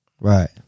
Right